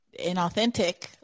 inauthentic